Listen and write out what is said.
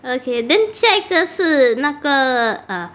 okay then 下一个是哪个啊